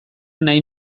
nahi